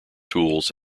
tools